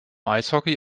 eishockey